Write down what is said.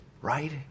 right